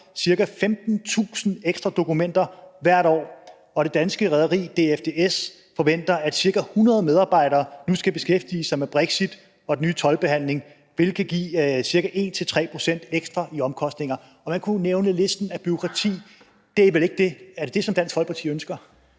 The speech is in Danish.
ca. 15.000 ekstra dokumenter hvert år, og det danske rederi DFDS forventer, at ca. 100 medarbejdere nu skal beskæftige sig med brexit og den nye toldbehandling, hvilket kan betyde ca. 1-3 pct. ekstra i omkostninger, og man kunne fortsætte listen i forhold til bureaukrati. Er det det, som Dansk Folkeparti ønsker?